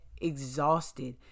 exhausted